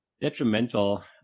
detrimental